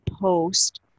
post